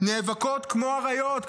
נאבקות כמו אריות,